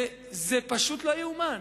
זה פשוט לא ייאמן.